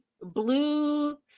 blue